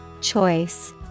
Choice